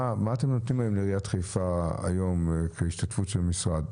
מה אתם נותנים לעיריית חיפה היום כהשתתפות של המשרד,